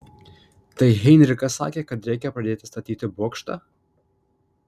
tai heinrichas sakė kad reikia padėti statyti bokštą